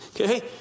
okay